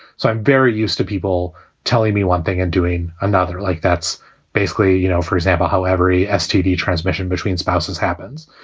so i'm very used to people telling me one thing and doing another, like that's basically, you know, for example. however, he as tb transmission between spouses happens.